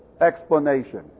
explanation